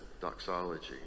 doxology